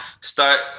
Start